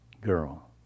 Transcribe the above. girl